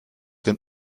denn